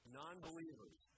non-believers